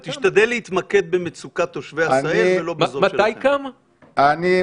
אבל תשתדל להתמקד במצוקת תושבי עשהאל ולא --- מתי קם היישוב?